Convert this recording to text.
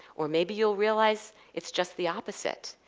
or maybe you'll realize it's just the opposite,